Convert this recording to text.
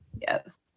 Yes